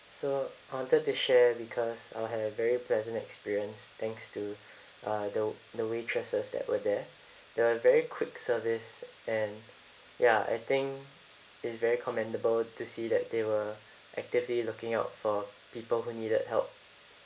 so I wanted to share because I had a very pleasant experience thanks to uh the the waitresses that were there there were very quick service and ya I think it's very commendable to see that they were actively looking out for people who needed help